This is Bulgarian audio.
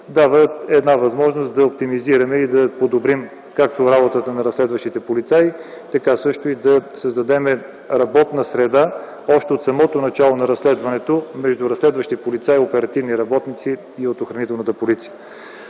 дава възможност да оптимизираме и подобрим както работата на разследващите полицаи, така също и да създадем работна среда още от самото начало на разследването между разследващите полицаи – оперативни работници, и Охранителната полиция.